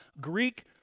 Greek